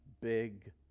big